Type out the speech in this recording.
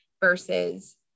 versus